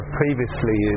previously